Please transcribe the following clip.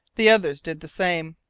the others did the same.